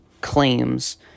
claims